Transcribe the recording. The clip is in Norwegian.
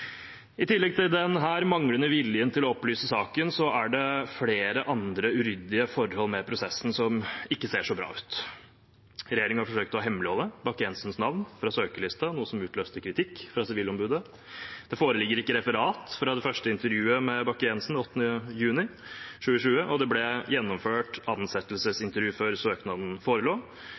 I tillegg til denne manglende viljen til å opplyse saken er det flere andre uryddige forhold ved prosessen som ikke ser så bra ut. Regjeringen forsøkte å hemmeligholde Bakke-Jensens navn fra søkerlisten, noe som utløste kritikk fra Sivilombudet. Det foreligger ikke referat fra det første intervjuet med Bakke-Jensen 8. juni 2020, og det ble gjennomført ansettelsesintervju før søknaden forelå.